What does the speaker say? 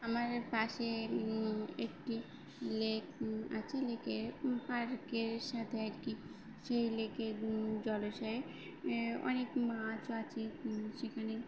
আমার পাশে একটি লেক আছে লেকের পার্কের সাথে আর কি সেই লেকের জলাশয়ে অনেক মাছও আছে সেখানে